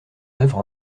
œuvre